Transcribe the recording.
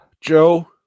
Joe